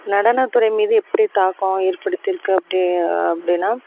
நடனத்துறை மீது எப்படி தாக்கம் ஏற்படுத்தியிருக்கு அப்படி அப்படின்னா